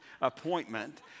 appointment